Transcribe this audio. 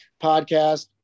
podcast